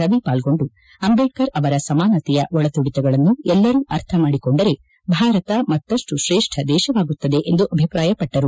ರವಿ ಪಾಲ್ಗೊಂಡು ಅಂಬೇಡ್ಕರ್ ಅವರ ಸಮಾನತೆಯ ಒಳ ತುದಿತಗಳನ್ನು ಎಲ್ಲರೂ ಅರ್ಥಮಾಡಿಕೊಂದರೆ ಭಾರತ ಮತ್ತಷ್ಟು ಶ್ರೇಷ್ಠ ದೇಶವಾಗುತ್ತದೆ ಎಂದು ಅಭಿಪ್ರಾಯಪಟ್ಟರು